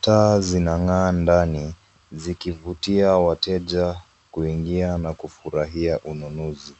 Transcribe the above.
Taa zinang'aa ndani, zikivutia wateja kuingia na kufurahia ununuzi.